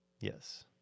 Yes